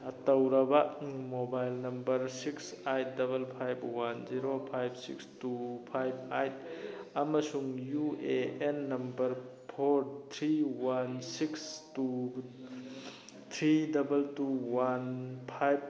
ꯇꯧꯔꯕ mobile number six eight double five one zero five six two five eight ꯑꯃꯁꯨꯡ U A N number four three one six two three double two one five